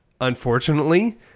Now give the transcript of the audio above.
Unfortunately